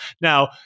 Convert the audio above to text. Now